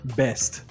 best